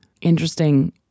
interesting